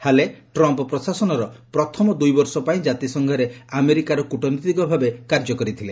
ହାଲେ Trump ପ୍ରଶାସନର ପ୍ରଥମ ଦୂଇ ବର୍ଷ ପାଇଁ ଜାତିସଂଘରେ ଆମେରିକାର କୃଟନୀତିଜ୍ଞ ଭାବେ କାର୍ଯ୍ୟ କରିଥିଲେ